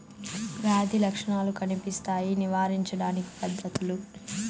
వ్యాధి లక్షణాలు కనిపిస్తాయి నివారించడానికి పద్ధతులు?